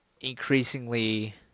increasingly